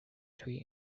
tree